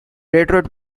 detroit